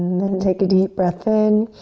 then take a deep breath in.